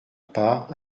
part